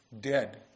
dead